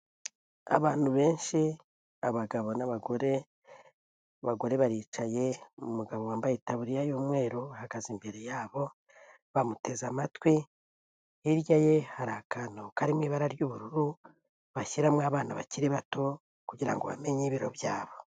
Abantu benshi abagabo n'abagore, abagore baricaye umugabo wambaye itaburiya y'umweru ahagaze imbere y'abo bamuteze amatwi, hirya ye hari akantu karimo ibara ry'ubururu bashyiramo abana bakiri bato kugirango ngo bamenye ibiro byabo.